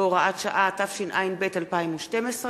והוראת שעה), התשע"ב 2012,